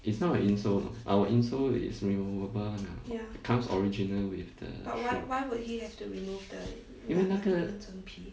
it's not a insole oh our insole is removable [one] ah comes original with the shoe 因为那个